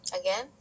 Again